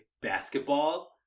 basketball